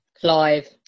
Clive